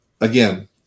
again